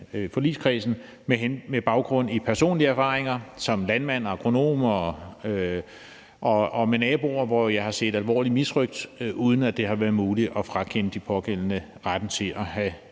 forligskredsen med baggrund i personlige erfaringer som landmand og agronom og med naboer, hvor jeg har set alvorlig misrøgt, uden at det har været muligt at frakende de pågældende retten til at have